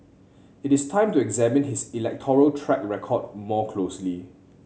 it is time to examine his electoral track record more closely